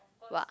what